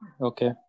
Okay